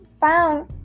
found